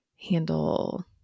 handle